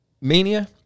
mania